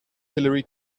hillary